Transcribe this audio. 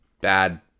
bad